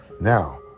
Now